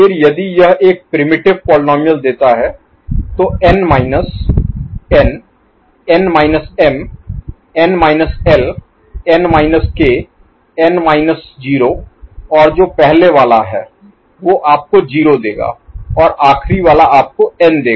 फिर यदि यह एक प्रिमिटिव Primitive आदिम पोलीनोमिअल देता है तो n minus n n minus m n minus l n minus k n minus 0 ओर जो पहले वाला है वो आपको 0 देगा और आखरी वाला आपको n देगा